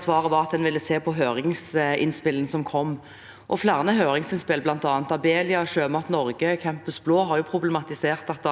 svaret var at en ville se på høringsinnspillene som kom. Flere høringsinnspill – fra bl.a. Abelia, Sjømat Norge og Campus BLÅ – har problematisert at